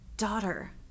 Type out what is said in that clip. daughter